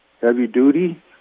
heavy-duty